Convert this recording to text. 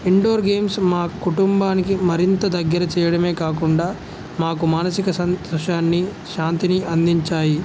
indoor games మా కుటుంబానికి మరింత దగ్గర చేయడమే కాకుండా మాకు మానసిక సంతోషాన్ని శాంతిని అందించాయి